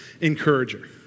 encourager